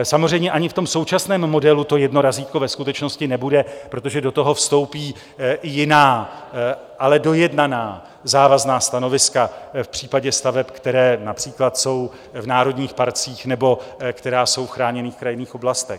Samozřejmě ani v současném modelu to jedno razítko ve skutečnosti nebude, protože do toho vstoupí jiná, ale dojednaná závazná stanoviska v případě staveb, které například jsou v národních parcích nebo které jsou v chráněných krajinných oblastech.